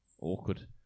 Awkward